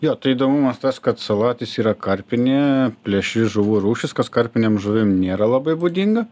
jo tai įdomumas tas kad salatis yra karpinė plėšri žuvų rūšis kas karpinėm žuvim nėra labai būdinga